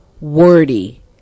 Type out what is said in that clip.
wordy